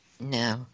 No